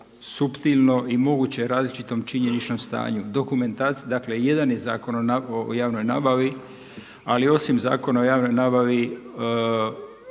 i različitom činjeničnom stanju, dakle jedan je Zakon o javnoj nabavi, ali osim Zakona o javnoj nabavi